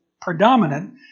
predominant